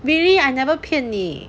really I never 骗你